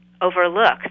overlooked